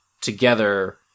together